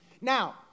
Now